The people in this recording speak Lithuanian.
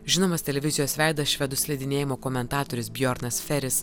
žinomas televizijos veidas švedų slidinėjimo komentatorius bjornas feris